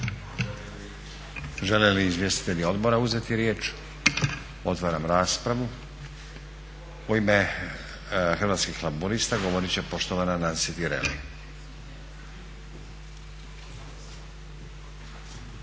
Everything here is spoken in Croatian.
Žele li izvjestitelji odbora uzeti riječ? Otvaram raspravu. U ime Hrvatskih laburista govorit će poštovana Nansi Tireli.